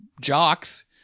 jocks